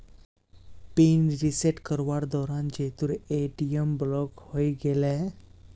pin reset करवार दौरान जीतूर ए.टी.एम ब्लॉक हइ गेले